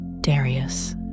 Darius